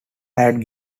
had